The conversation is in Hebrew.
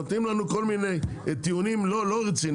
נותנים לנו כל מיני טיעונים לא רציניים.